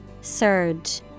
Surge